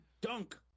Dunk